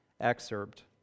excerpt